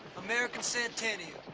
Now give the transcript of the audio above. american centennial.